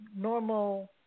normal